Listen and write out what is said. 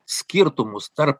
skirtumus tarp